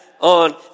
on